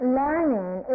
learning